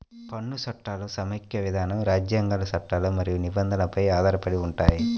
పన్ను చట్టాలు సమాఖ్య విధానం, రాజ్యాంగాలు, చట్టాలు మరియు నిబంధనలపై ఆధారపడి ఉంటాయి